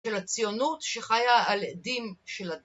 של הציונות שחיה על אדים של ה...